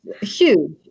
huge